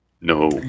No